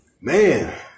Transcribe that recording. man